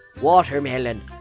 watermelon